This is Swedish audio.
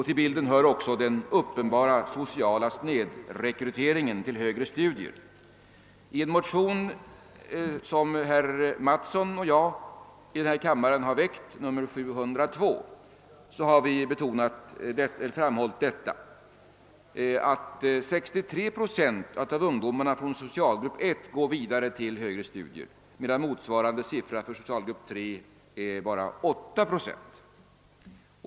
Till bilden hör också den uppenbara sociala snedrekryteringen till högre studier. I en motion som väckts av herr Mattsson och mig själv, II: 702, har vi framhållit att 63 procent av ungdomarna från socialgrupp 1 går vidare till högre studier medan motsvarande siffra för socialgrupp 3 är bara 8 procent.